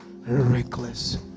reckless